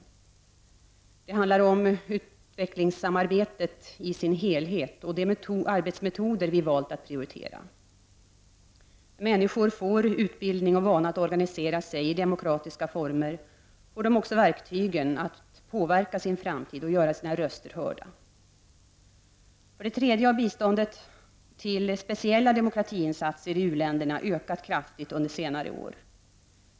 Detta handlar om utvecklingssamarbetet i sin helhet och de arbetsmetoder vi valt att prioritera. När människor får utbildning och vana att organisera sig i demokratiska former får de också verktygen att påverka sin framtid och göra sina röster hörda. För det tredje har biståndet till speciella demokratiinsatser i u-länderna ökat kraftigt under senare år.